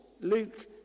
Luke